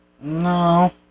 No